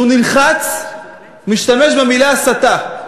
כשהוא נלחץ משתמש במילה הסתה.